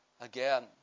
again